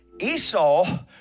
Esau